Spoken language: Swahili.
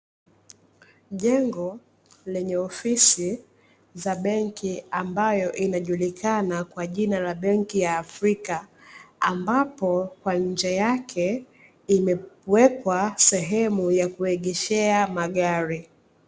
Jengo lenye ofisi za benki ambayo inajulikana kwa jina la benki ya Afrika, ambapo, kwa nje yake imewekwa sehemu ya kuegeshea magari.